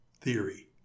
theory